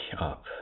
up